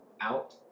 out